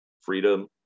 Freedom